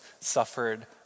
suffered